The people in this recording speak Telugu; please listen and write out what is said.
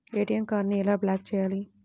ఏ.టీ.ఎం కార్డుని ఎలా బ్లాక్ చేయాలి?